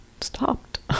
stopped